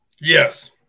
Yes